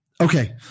okay